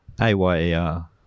A-Y-E-R